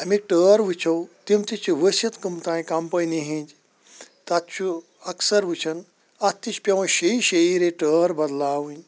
اَمِکۍ ٹٲر وٕچھو تِم تہِ چھِ وٕسِتھ کٕم تانۍ کَمپٕنی ہِنٛدۍ تَتھ چھُ اَکثر وٕچھان اَتھ تہِ چھ پٮ۪وان شیٚیہِ شیٚیہِ ریتہٕ ٹٲر بدلاوٕنۍ